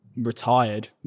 retired